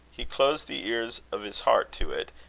he closed the ears of his heart to it,